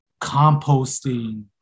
composting